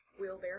Wheelbarrow